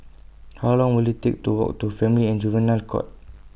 How Long Will IT Take to Walk to Family and Juvenile Court